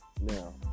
Now